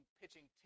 pitching